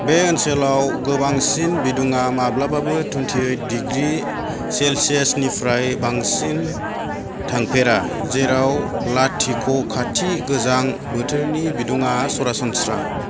बे ओनसोलाव गोबांसिन बिदुङा माब्लाबाबो टुइनथि ओइथ डिग्री सेलसियासनिफ्राय बांसिन थांफेरा जेराव लाथिख' खाथि गोजां बोथोरनि बिदुङा सरासनस्रा